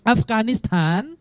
Afghanistan